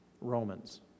Romans